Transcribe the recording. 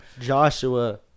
Joshua